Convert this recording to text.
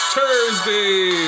Thursday